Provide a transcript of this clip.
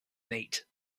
neat